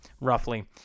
roughly